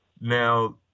Now